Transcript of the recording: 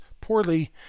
poorly